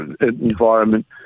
environment